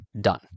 done